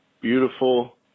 beautiful